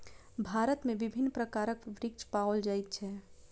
भारत में विभिन्न प्रकारक वृक्ष पाओल जाय छै